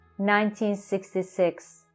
1966